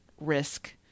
risk